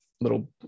little